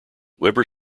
weber